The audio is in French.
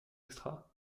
extra